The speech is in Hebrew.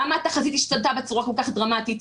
למה התחזית השתנתה בצורה כל כך דרמטית.